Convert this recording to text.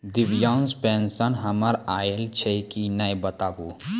दिव्यांग पेंशन हमर आयल छै कि नैय बताबू?